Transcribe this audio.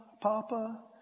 papa